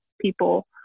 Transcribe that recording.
people